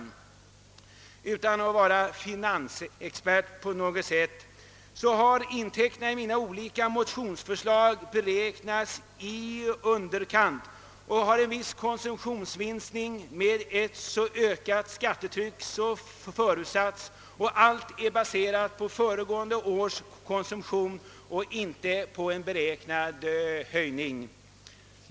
Utan att vara finansexpert på något sätt påstår jag ändå att intäkterna av mina olika motionsförslag har beräknats i underkant, och en viss konsumtionsminskning har förutsatts av det ökade skattetrycket. Alla uträkningar är baserade på föregående års konsumtion, inte på en beräknad höjning.